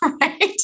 right